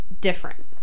different